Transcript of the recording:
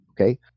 okay